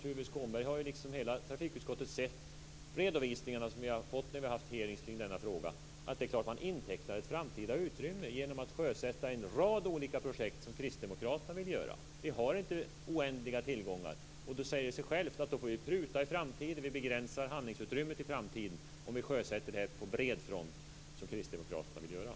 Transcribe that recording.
Tuve Skånberg, liksom hela trafikutskottet, har ju sett de redovisningar vi har fått när vi har haft hearingar kring denna fråga. Det är klart att man intecknar ett framtida utrymme genom att sjösätta en rad olika projekt, som Kristdemokraterna vill göra. Vi har inte oändliga tillgångar. Därför säger det sig självt att vi får pruta i framtiden. Vi begränsar alltså handlingsutymmet i framtiden om vi gör som Kristdemokraterna vill och sjösätter detta på bred front.